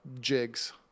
jigs